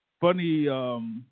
funny